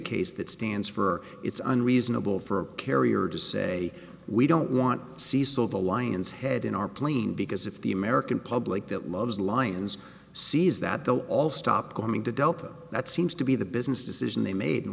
case that stands for it's unreasonable for a carrier to say we don't want to see so the lion's head in our plane because if the american public that loves lions sees that they'll all stop coming to delta that seems to be the business decision they made and